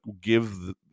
give